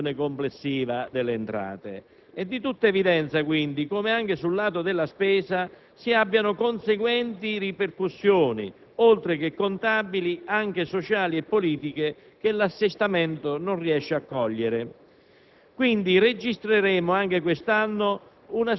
che ha forte incidenza sulla quantificazione complessiva delle entrate. È di tutta evidenza come, anche sul lato della spesa, si abbiano conseguenti ripercussioni, oltre che contabili anche sociali e politiche, che l'assestamento non riesce a cogliere.